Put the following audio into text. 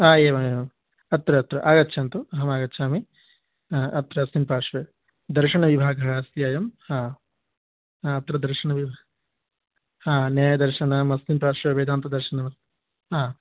हा एवमेवम् अत्र अत्र आगच्छन्तु अहमागच्छामि हा अत्र अस्मिन् पार्श्वे दर्शनविभागः अस्ति अयं हा हा अत्र दर्शनविभागः हा न्यायदर्शनमस्मिन् पार्श्वे वेदान्तदर्शनं हा